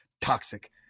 toxic